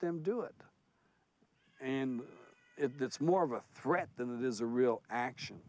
them do it and if that's more of a threat than it is a real action